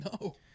No